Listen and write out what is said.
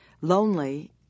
lonely